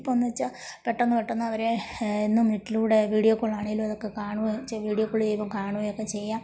ഇപ്പോൾ എന്ന് വെച്ചാൽ പെട്ടെന്ന് പെട്ടെന്ന് അവരേ എന്നും നെറ്റിലൂടെ വീഡിയോകോളാണേലും അതൊക്കെ കാണുകയും വീഡിയോ കോൾ ചെയ്യുമ്പം കാണുകയും ഒക്കെ ചെയ്യാം